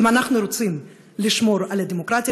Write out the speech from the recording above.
אם אנחנו רוצים לשמור על הדמוקרטיה